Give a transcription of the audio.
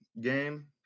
game